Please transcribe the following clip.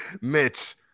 Mitch